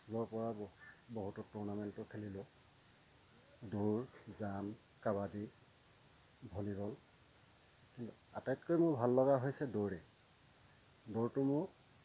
স্কুলৰপৰা বহু বহুতো টুৰ্ণামেণ্টো খেলিলোঁ দৌৰ জাম্প কাবাডী ভলীবল কি আটাইতকৈ মোৰ ভাললগা হৈছে দৌৰেই দৌৰটো মোৰ